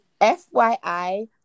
FYI